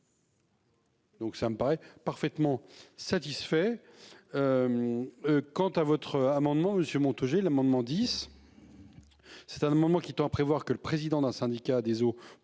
Donc ça me paraît parfaitement satisfaits. Quant à votre amendement monsieur Montaugé. L'amendement 10. C'est un moment qui tend à prévoir que le président d'un syndicat des eaux